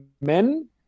men